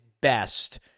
best